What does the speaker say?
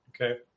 Okay